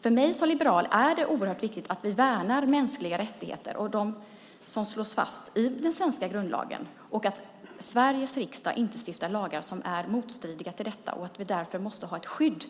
För mig som liberal är det oerhört viktigt att vi värnar mänskliga rättigheter och dem som slås fast i den svenska grundlagen och att Sveriges riksdag inte stiftar lagar som strider mot dem. Därför måste vi ha ett skydd